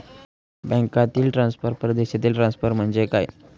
बँकांतील ट्रान्सफर, परदेशातील ट्रान्सफर म्हणजे काय?